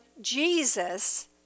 Jesus